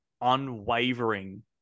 unwavering